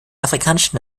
afrikanischen